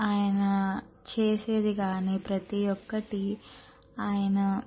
ఆయన చేసేది కానీ ప్రతి ఒక్కటి ఆయన